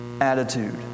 attitude